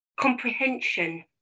comprehension